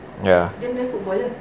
ya